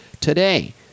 today